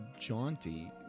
jaunty